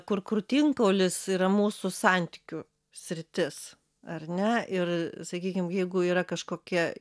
kur krūtinkaulis yra mūsų santykių sritis ar ne ir sakykim jeigu yra kažkokia